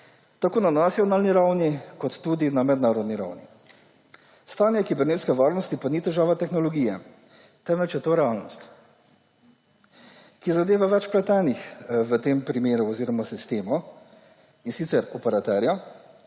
tako na nacionalni ravni kot tudi na mednarodni ravni. Stanje kibernetske varnosti pa ni težava tehnologije, temveč je to realnost, ki zadeva več vpletenih v tem sistemu, in sicer operaterja,